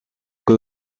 que